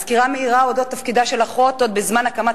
סקירה מהירה של תפקידה של האחות עוד בזמן הקמת